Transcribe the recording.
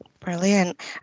Brilliant